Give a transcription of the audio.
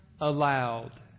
aloud